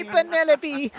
Penelope